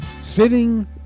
Sitting